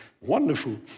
wonderful